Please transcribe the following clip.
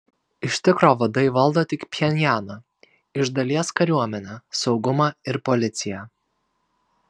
iš tikro vadai valdo tik pchenjaną iš dalies kariuomenę saugumą ir policiją